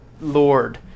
Lord